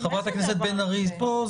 מאיפה הדבר הזה?